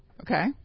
Okay